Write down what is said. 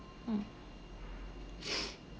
mm